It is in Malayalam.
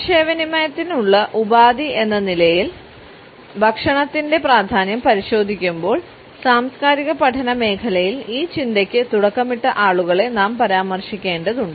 ആശയവിനിമയത്തിനുള്ള ഉപാധി എന്ന നിലയിൽ ഭക്ഷണത്തിന്റെ പ്രാധാന്യം പരിശോധിക്കുമ്പോൾ സാംസ്കാരിക പഠന മേഖലയിൽ ഈ ചിന്തയ്ക്ക് തുടക്കമിട്ട ആളുകളെ നാം പരാമർശിക്കേണ്ടതുണ്ട്